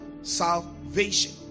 salvation